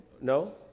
No